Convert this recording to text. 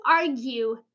argue